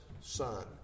son